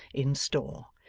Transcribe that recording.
in store,